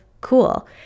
cool